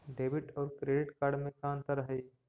Debit और credit card में का अंतर हइ?